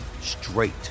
straight